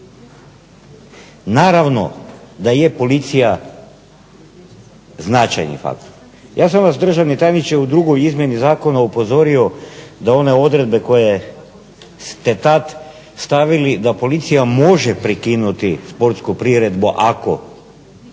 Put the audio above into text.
Naravno da je policija značajni faktor. Ja sam vas državni tajniče u drugoj izmjeni zakona upozorio da one odredbe koje ste tad stavili da policija može prekinuti sportsku priredbu ako,